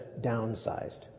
downsized